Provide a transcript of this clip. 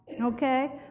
okay